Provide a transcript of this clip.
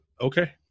okay